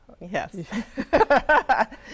Yes